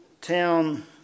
town